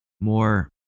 more